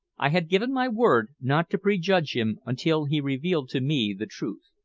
i had given my word not to prejudge him until he revealed to me the truth.